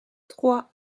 trois